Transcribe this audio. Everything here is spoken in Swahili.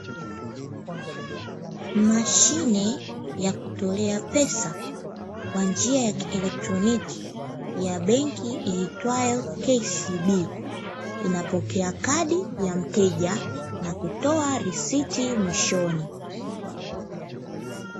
Mashine ya kutolea pesa kwa njia ya kieletroniki ya benki iitwayo "KCB"inapokea pesa ya mteja na kutoka risiti mwishoni.